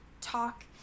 talk